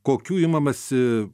kokių imamasi